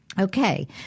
Okay